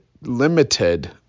limited